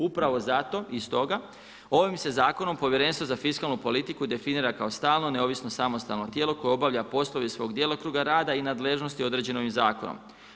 Upravo zato i stoga ovim se zakonom Povjerenstvo za fiskalnu politiku definira kao stalno, neovisno, samostalno tijelo koje obavlja poslove svog djelokruga rada i nadležnosti određene ovim zakonom.